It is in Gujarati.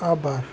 આભાર